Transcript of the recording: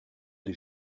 des